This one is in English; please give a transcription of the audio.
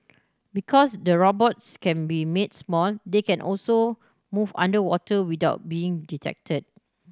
because the robots can be made small they can also move underwater without being detected